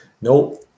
No